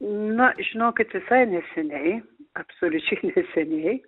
na žinokit visai neseniai absoliučiai neseniai